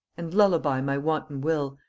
and lullaby my wanton will,